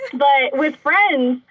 but, with friends,